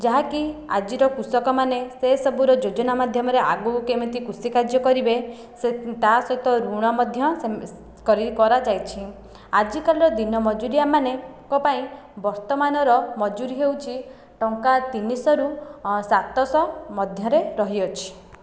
ଯାହାକି ଆଜିର କୃଷକମାନେ ସେ ସବୁର ଯୋଜନା ମାଧ୍ୟମରେ ଆଗକୁ କେମିତି କୃଷି କାର୍ଯ୍ୟ କରିବେ ସେ ତା ସହିତ ଋଣ ମଧ୍ୟ କରାଯାଇଅଛି ଆଜିକାଲିର ଦିନ ମଜୁରିଆ ମାନଙ୍କ ପାଇଁ ବର୍ତ୍ତମାନର ମଜୁରି ହେଉଛି ଟଙ୍କା ତିନିଶହ ରୁ ସାତଶହ ମଧ୍ୟରେ ରହିଅଛି